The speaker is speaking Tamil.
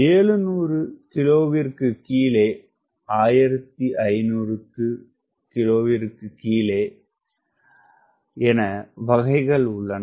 700 கிலோவிற்கு கீழே 1500 கிலோவிற்கு கீழே என வகைகள் உள்ளன